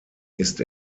ist